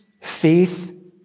faith